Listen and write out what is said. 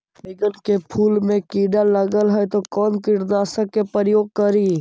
बैगन के फुल मे कीड़ा लगल है तो कौन कीटनाशक के प्रयोग करि?